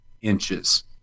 inches